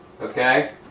okay